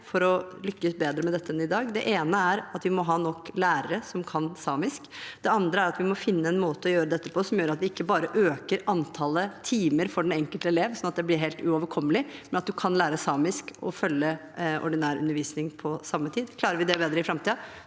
for å lykkes bedre med dette enn i dag. Den ene er at vi må ha nok lærere som kan samisk. Den andre er at vi må finne en måte å gjøre dette på som gjør at vi ikke bare øker antallet timer for den enkelte elev, sånn at det blir helt uoverkommelig, men at en kan lære samisk og følge ordinær undervisning på samme tid. Klarer vi det bedre i framtiden,